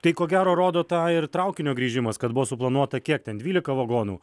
tai ko gero rodo tą ir traukinio grįžimas kad buvo suplanuota kiek ten dvylika vagonų